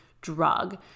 drug